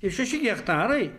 ir šeši hektarai